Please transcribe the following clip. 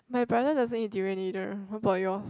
my brother doesn't eat during either how about yours